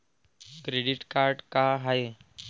Credit card का हाय?